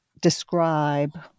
describe